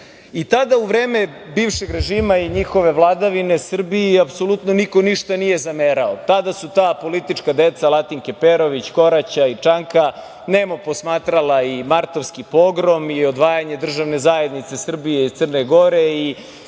u vreme bivšeg režima i njihove vladavine Srbiji apsolutno niko ništa nije zamerao. Tada su ta politička deca Latinke Perović, Koraća i Čanka nemo posmatrala i martovski pogrom i odvajanje državne zajednice Srbije i Crne Gore